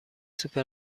سوپر